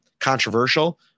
controversial